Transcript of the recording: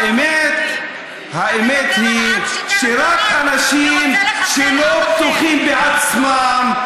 האמת היא שרק אנשים שלא בטוחים בעצמם,